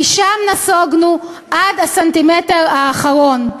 משם נסוגונו עד הסנטימטר האחרון.